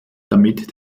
damit